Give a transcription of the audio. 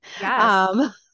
Yes